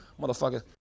motherfucker